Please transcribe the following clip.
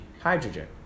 hydrogen